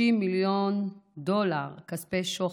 30 מיליון דולר כספי שוחד,